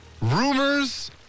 Rumors